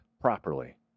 properly